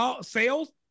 Sales